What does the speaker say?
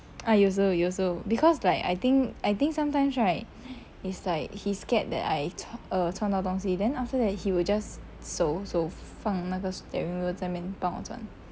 ah 有时候有时候 also because like I think I think sometimes right is like he scared that I err 撞到东西 then after that he will just 手手放那个 steering wheel 在那边帮我转